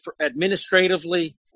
administratively